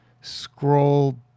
scroll